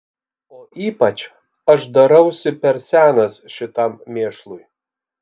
o ypač aš darausi per senas šitam mėšlui